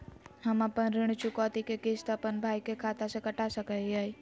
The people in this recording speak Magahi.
हम अपन ऋण चुकौती के किस्त, अपन भाई के खाता से कटा सकई हियई?